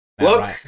Look